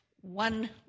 one